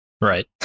Right